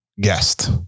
guest